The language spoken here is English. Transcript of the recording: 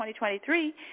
2023